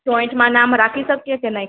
જોઈન્ટમાં નામ રાખી શકીએ કે નહીં